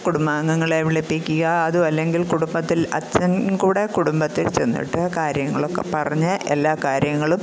കുടുംബാംഗങ്ങളെ വിളിപ്പിക്കുക അതും അല്ലെങ്കില് കുടുംബത്തില് അച്ഛന് കൂടെ കുടുംബത്തില് ചെന്നിട്ട് കാര്യങ്ങളൊക്കെ പറഞ്ഞ് എല്ലാ കാര്യങ്ങളും